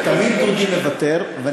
תמיד דודי מוותר.